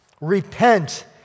repent